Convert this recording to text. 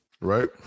right